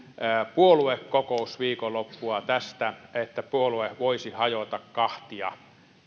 puoluekokousviikonloppua tästä että puolue voisi hajota kahtia